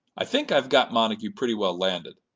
i think i've got montague pretty well landed.